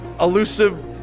Elusive